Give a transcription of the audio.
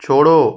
छोड़ो